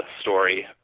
story